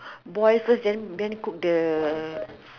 boil first then then cook the